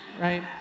Right